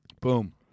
Boom